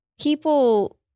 people